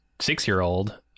six-year-old